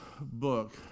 book